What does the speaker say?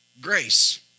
grace